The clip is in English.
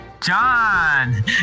John